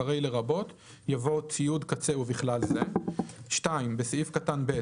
אחרי "לרבות" יבוא "ציוד קצה ובכלל זה"; (2)בסעיף קטן (ב),